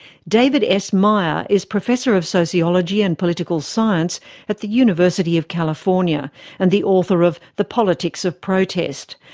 david s meyer is professor of sociology and political science at the university of california and the author of the politics of protest.